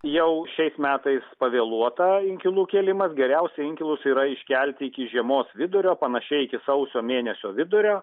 jau šiais metais pavėluota inkilų kėlimas geriausia inkilus yra iškelti iki žiemos vidurio panašiai iki sausio mėnesio vidurio